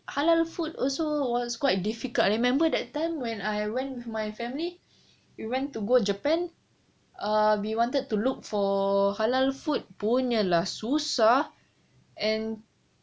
halal food also was quite difficult I remember that time when I went with my family we went to go japan or we wanted to look for halal food punya lah susah and